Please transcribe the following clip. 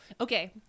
Okay